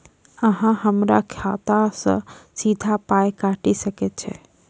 अहॉ हमरा खाता सअ सीधा पाय काटि सकैत छी?